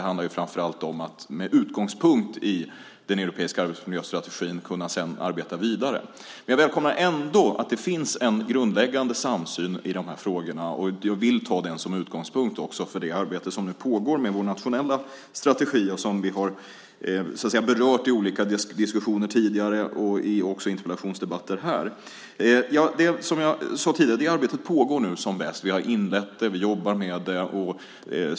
Det handlar ju framför allt om att med utgångspunkt i den europeiska arbetsmiljöstrategin sedan kunna arbeta vidare. Men jag välkomnar ändå att det finns en grundläggande samsyn i de här frågorna. Jag vill ta den som utgångspunkt för det arbete som nu pågår med vår nationella strategi och som vi har berört i olika diskussioner tidigare, också i interpellationsdebatter här i riksdagen. Det arbetet pågår nu som bäst, som jag sade tidigare. Vi har inlett det. Vi jobbar med det.